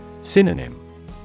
Synonym